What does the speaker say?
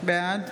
בעד